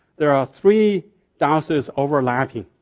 there are three diocese overlapping.